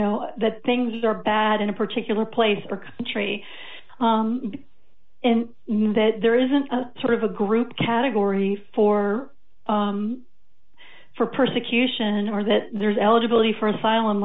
know that things are bad in a particular place or country and not that there isn't a sort of a group category for for persecution or that there's eligibility for asylum